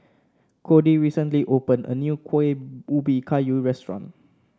Cody recently opened a new Kueh Ubi Kayu restaurant